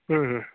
हूँ हूँ